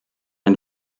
ein